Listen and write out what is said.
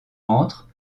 entre